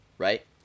right